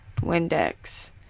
Windex